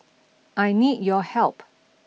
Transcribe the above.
I need your help